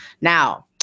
Now